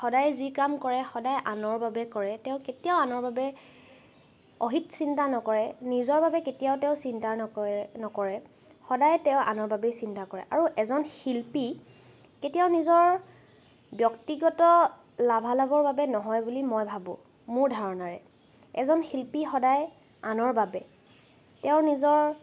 সদায় যি কাম কৰে সদায় আনৰ বাবে কৰে তেওঁ কেতিয়াও আনৰ বাবে অহিত চিন্তা নকৰে নিজৰ বাবে কেতিয়াও তেওঁ চিন্তা নকৰে নকৰে সদায় তেওঁ আনৰ বাবেই চিন্তা কৰে আৰু এজন শিল্পী কেতিয়াও নিজৰ ব্যক্তিগত লাভালাভৰ বাবে নহয় বুলি মই ভাবোঁ মোৰ ধাৰণাৰে এজন শিল্পী সদায় আনৰ বাবে তেওঁৰ নিজৰ